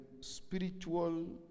Spiritual